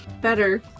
better